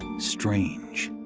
strange.